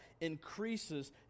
increases